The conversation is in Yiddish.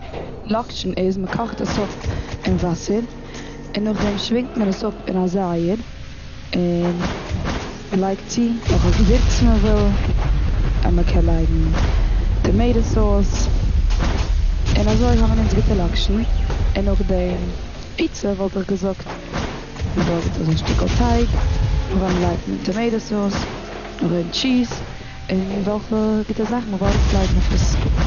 לאקשן איז מ'קאכט עס אפ און וואסער און נאכדעם שווענקט מען עס אפ און א זייער. און מ'לייגט צי וועלכע געווירצן מ'וויל, און מ'קען לייגן טאמעיטע סאוס און אזוי האבן אונז גוטע לאקשן. און נאכדעם פיצא וואלט איך געזאגט מ'וועלגערט אויס א שטיקל טייג, נאכדעם לייגט מען טאמעיטע סאוס, נאכדעם טשיז, און וועלכע גוטע זאכן מ'וויל ארויפלייגן אויף עס.